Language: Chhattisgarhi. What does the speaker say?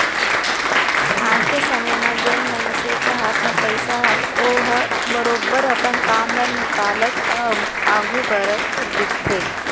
आज के समे म जेन मनसे के हाथ म पइसा हावय ओहर बरोबर अपन काम ल निकालत आघू बढ़त दिखथे